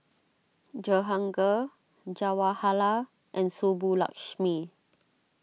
Jehangirr Jawaharlal and Subbulakshmi